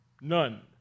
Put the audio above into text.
none